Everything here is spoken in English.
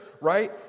right